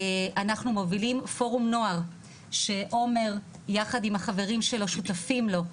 אנחנו מובילים פורום נוער שעומר יחד עם החברים שלו שותפים לו,